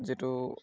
যিটো